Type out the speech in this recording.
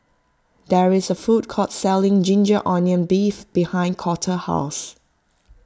there is a food court selling Ginger Onions Beef behind Colter's house